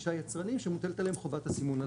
חמישה יצרנים שמוטלת עליהם חובת הסימון הזאת.